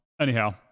anyhow